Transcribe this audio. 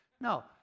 No